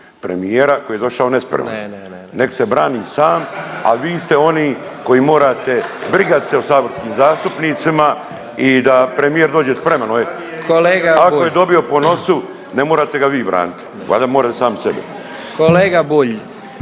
predsjednik: Ne, ne, ne./… Nek' se brani sam a vi ste oni koji morate brigat se o saborskim zastupnicima i da premijer dođe spreman ovdje. Ako je dobio po nosu ne morate ga vi braniti, valjda more sam sebe.